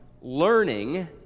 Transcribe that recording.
learning